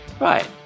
Right